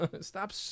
Stop